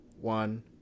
one